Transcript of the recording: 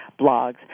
blogs